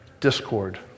Discord